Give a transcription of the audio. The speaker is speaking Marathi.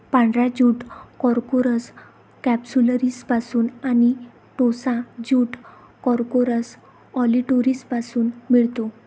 पांढरा ज्यूट कॉर्कोरस कॅप्सुलरिसपासून आणि टोसा ज्यूट कॉर्कोरस ऑलिटोरियसपासून मिळतो